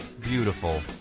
beautiful